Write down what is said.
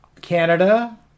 Canada